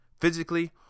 physically